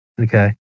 Okay